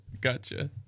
Gotcha